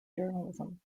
journalism